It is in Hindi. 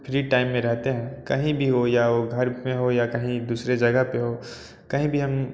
फ्री टाइम में रहते हैं कहीं भी हो या वो घर पे हो या कहीं दूसरी जगह पे हो कहीं भी हम